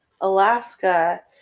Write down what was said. Alaska